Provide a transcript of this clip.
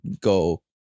go